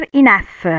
enough